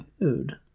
food